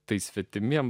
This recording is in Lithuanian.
tai svetimiems